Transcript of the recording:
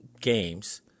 games